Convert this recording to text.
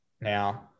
now